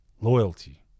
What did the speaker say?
Loyalty